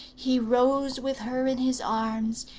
he rose with her in his arms,